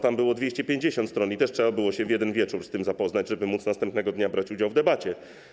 Tam było 250 stron i też trzeba było w jeden wieczór z tym się zapoznać, żeby móc następnego dnia brać udział w debacie.